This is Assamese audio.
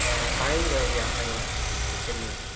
অঁ পাৰিবি পাৰিবি আছে বাৰু ছ'চিয়লজী